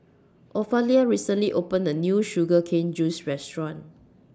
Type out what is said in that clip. Ofelia recently opened A New Sugar Cane Juice Restaurant